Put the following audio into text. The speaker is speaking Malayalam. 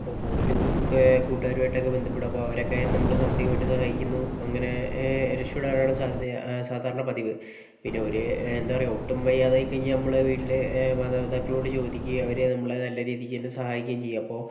ഇപ്പോൾ കൂടുതലും ഒക്കെ കൂട്ടുകാരുമായിട്ടൊക്കെ ബന്ധപ്പെടും അപ്പോൾ അവരൊക്കെ നമ്മളെ സാമ്പത്തികമായിട്ട് സഹായിക്കുന്നു അങ്ങനെ രക്ഷപ്പെടാനാണ് സാധ്യത സാധാരണ പതിവ് പിന്നെ ഒരു എന്താണ് പറയുക ഒട്ടും വയ്യാതായിക്കഴിഞ്ഞാൽ നമ്മള വീട്ടിൽ മാതാപിതാക്കളോട് ചോദിക്കുക അവരെ നമ്മൾ നല്ല രീതിക്ക് തന്നെ സഹായിക്കുകയും ചെയ്യും അപ്പോൾ